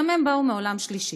גם הם באו מעולם שלישי.